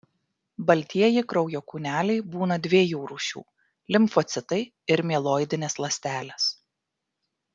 baltieji kraujo kūneliai būna dviejų rūšių limfocitai ir mieloidinės ląstelės